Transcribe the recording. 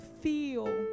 feel